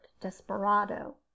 desperado